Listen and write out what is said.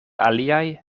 aliaj